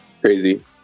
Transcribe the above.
crazy